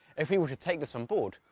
if we were to take this on board,